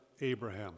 Abraham